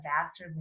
vast